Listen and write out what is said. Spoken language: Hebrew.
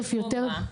כמו מה?